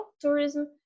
tourism